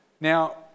Now